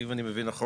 אם אני מבין נכון,